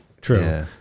True